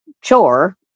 chore